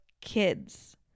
kids